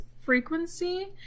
frequency